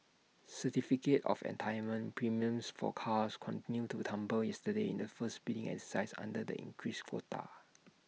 certificate of entitlement premiums for cars continued to tumble yesterday in the first bidding exercise under the increased quota